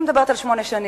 אני מדברת על שמונה שנים.